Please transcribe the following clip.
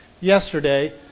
yesterday